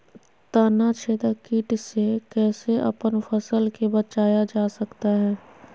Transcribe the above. तनाछेदक किट से कैसे अपन फसल के बचाया जा सकता हैं?